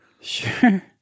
Sure